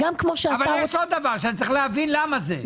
אבל אני צריך להבין למה זה.